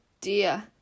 dear